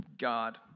God